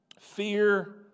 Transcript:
Fear